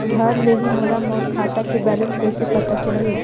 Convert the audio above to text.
घर ले ही मोला मोर खाता के बैलेंस कइसे पता चलही?